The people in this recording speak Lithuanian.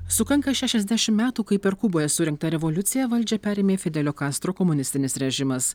sukanka šešiasdešim metų kai per kuboje surengtą revoliuciją valdžią perėmė fidelio kastro komunistinis režimas